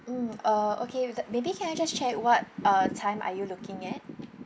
mm uh okay with the maybe can I just check what uh time are you looking at